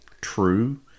true